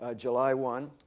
ah july one.